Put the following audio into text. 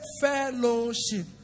fellowship